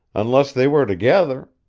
unless they were together.